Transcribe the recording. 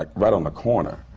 like right on the corner.